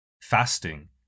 fasting